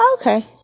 Okay